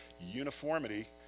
uniformity